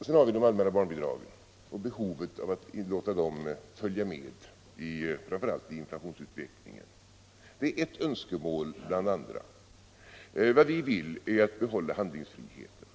Sedan har vi det allmänna barnbidraget och behovet av att låta det följa med, framför allt i inflationsutvecklingen. Det är ett önskemål bland andra. Vad vi vill är att behålla handlingsfriheten.